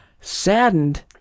Saddened